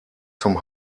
zum